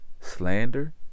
slander